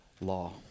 law